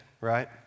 right